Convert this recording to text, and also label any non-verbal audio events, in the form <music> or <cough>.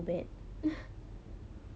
<laughs>